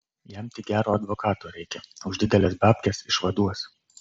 jam tik gero advokato reikia už dideles babkes išvaduos